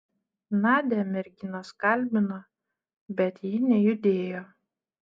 nadią merginos kalbino bet ji nejudėjo